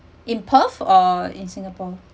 in perth or in singapore